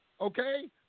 Okay